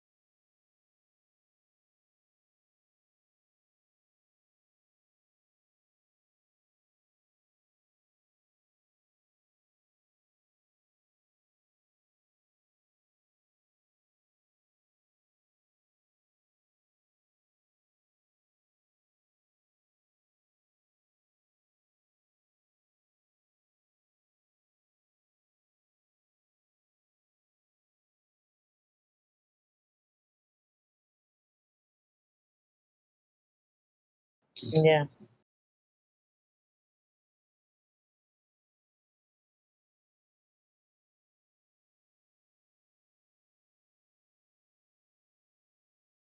yeah